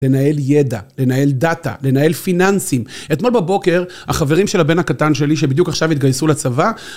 לנהל ידע, לנהל דאטה, לנהל פיננסים. אתמול בבוקר החברים של הבן הקטן שלי, שבדיוק עכשיו התגייסו לצבא,